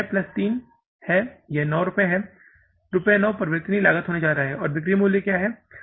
यह 6 प्लस 3 है यह 9 रुपये है रुपये 9 परिवर्तनीय लागत होने जा रहा है और बिक्री मूल्य क्या है